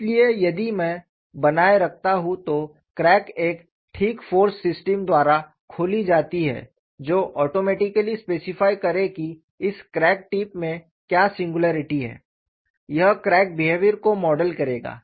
इसलिए यदि मैं बनाए रखता हूं तो क्रैक एक ठीक फाॅर्स सिस्टम द्वारा खोली जाती है जो ऑटोमेटिकली स्पेसिफाय करे कि इस क्रैक टिप में क्या सिंगुलैरिटी है यह क्रैक बेहेवियर को मॉडल करेगा